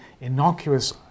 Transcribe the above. innocuous